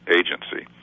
agency